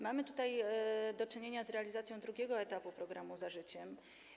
Mamy tutaj do czynienia z realizacją drugiego etapu programu „Za życiem”